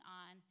on